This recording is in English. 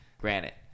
granite